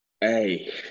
Hey